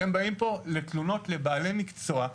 אתם באים פה בתלונות לבעלי מקצוע,